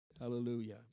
Hallelujah